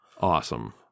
Awesome